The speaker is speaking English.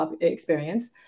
experience